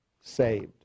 saved